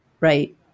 right